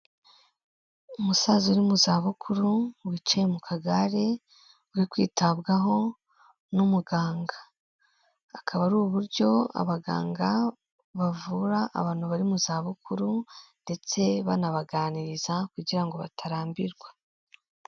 Umusaza uri mu zabukuru, wicaye mu kagare uri kwitabwaho n'umuganga. Akaba ari uburyo abaganga bavura abantu bari mu zabukuru, ndetse banabaganiriza kugira ngo batarambirwa.